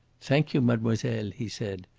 thank you, mademoiselle, he said,